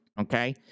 okay